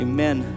Amen